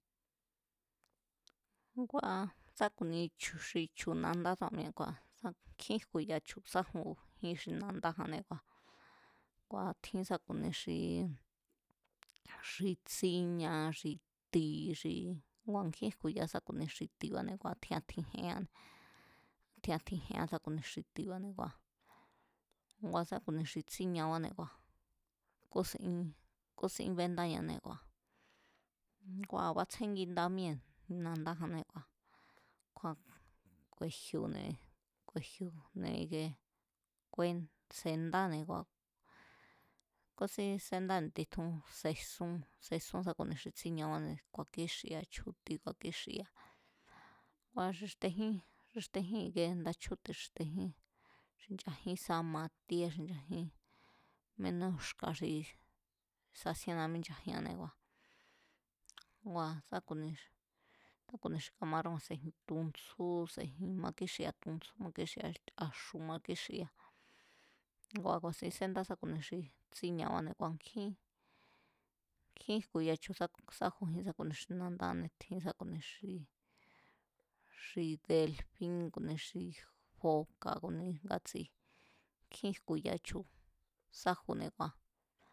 Ngua̱ sá ku̱ni chu̱ xi chu̱ nandá tsúra̱ mi̱e̱ nkjín jku̱ya chu̱ sájujín xi nandájannée̱, kua̱ tjín sa ku̱ni xii, xi tsíñá xi ti̱ xi kua̱ nkjín jku̱ya sá ku̱ni xi ti̱ba̱ne̱ ku̱ a̱ tjín a̱ tjín jeánne̱, a̱ tjín a̱ tjín jeán sá ku̱ni xi ti̱ba̱ne̱ kua̱, ngua̱ sá ku̱ni xi tsíñabáne̱ kua̱, kúsín kúsín béndáñanee̱ kua̱, ngua̱ batsjenginda míee̱ nandájannée̱ kua̱j, kua̱ ku̱e̱ji̱o̱ne̱, ku̱e̱ji̱o̱ne̱ ikee kue se̱ndéne̱. Kúsin sendáne̱ titjún sesún, sesún sá ku̱ni xi tsíñabáne̱ ku̱a̱kíxia̱ chju̱ti̱ ku̱a̱kíxia̱ kua̱ xixtejín, xixtejín nda chjúti̱a̱ xixtejín, xinchajín sá matíe xinchajín, ménú xka̱ xi sasíénna mínchajianné kua̱, kua̱ sá ku̱ni sá ku̱ni xi kamaróa̱ sejin tuntsjú sejin, makíxia̱ tunsjú makíxia̱ a̱xu̱ makíxia̱ ngua̱ ku̱a̱sin senda sá ku̱nia xi tsíñabane̱, kua̱ nkjín, kjín jku̱ya chu̱ sáju sá ku̱ni xi nandájanée̱ tjín sa ku̱ni xi, xi delfín, ku̱ ni xi foca̱ ku̱ ni ngátsi nkjín jku̱ya chu̱ sáju, ngua̱